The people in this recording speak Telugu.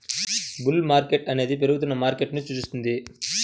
బుల్ మార్కెట్ అనేది పెరుగుతున్న మార్కెట్ను సూచిస్తుంది